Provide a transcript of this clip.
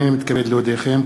הנני מתכבד להודיעכם,